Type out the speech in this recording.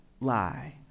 lie